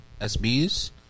SBs